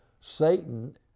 Satan